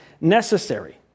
necessary